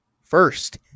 first